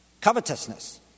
covetousness